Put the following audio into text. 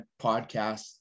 podcasts